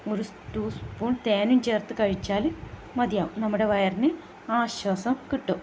ഒരു two spoon തേനും ചേർത്ത് കഴിച്ചാലും മതിയാകും നമ്മുടെ വയറിന് ആശ്വാസം കിട്ടും